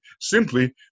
simply